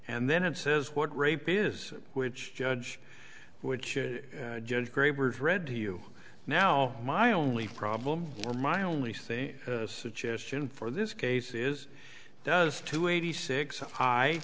and then it says what rape is which judge which judge graber is read to you now my only problem or my only say suggestion for this case is does two eighty six hi